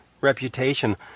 reputation